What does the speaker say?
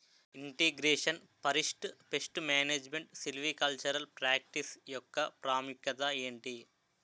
integration forest pest management silvicultural practice యెక్క ప్రాముఖ్యత ఏంటి